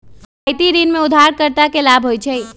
रियायती ऋण में उधारकर्ता के लाभ होइ छइ